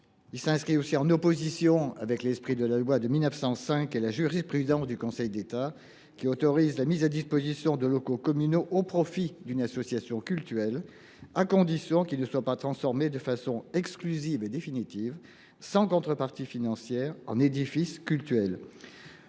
Il s’inscrit aussi en opposition avec l’esprit de la loi de 1905 et la jurisprudence du Conseil d’État, qui autorise la mise à disposition de locaux communaux au profit d’une association cultuelle, à condition qu’il ne soit pas transformé de façon exclusive et définitive, sans contrepartie financière, en édifice cultuel.